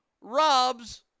robs